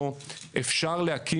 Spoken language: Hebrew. בעולם הזה שאנחנו נמצאים בו אפשר להקים